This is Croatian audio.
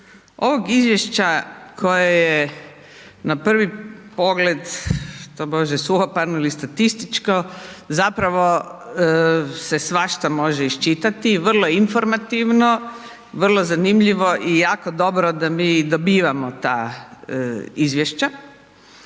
ovog izvješća koje je na prvi pogled tobože suhoparno ili statističko, zapravo se svašta može iščitati, vrlo je informativno, vrlo zanimljivo i jako dobro da mi dobivamo ta izvješća.